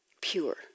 pure